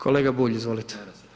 Kolega Bulj, izvolite.